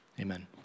Amen